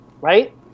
right